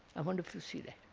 i wonder if you see that.